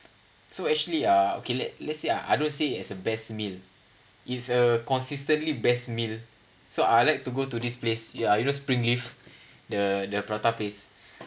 so actually uh okay let let's say I don't say as a best meal is a consistently best meal so I like to go to this place ya you know springleaf the the prata place